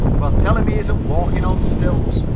well, tell him he isn't walking on stilts,